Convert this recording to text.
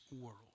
world